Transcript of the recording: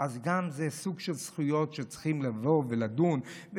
אז גם זה סוג של זכויות שצריכים לבוא ולדון בהן.